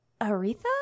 Aretha